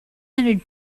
hundred